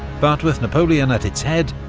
but with napoleon at its head,